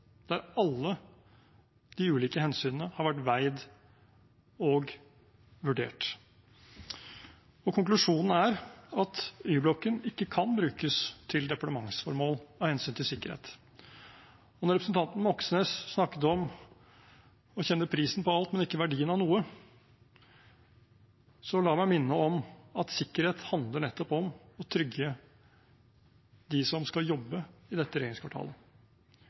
konklusjonen er at Y-blokken ikke kan brukes til departementsformål av hensyn til sikkerhet. Når representanten Moxnes snakket om å kjenne prisen på alt, men ikke verdien av noe, så la meg minne om at sikkerhet handler nettopp om å trygge dem som skal jobbe i regjeringskvartalet, og mange av dem jobbet også der den 22. juli 2011. Dette